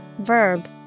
Verb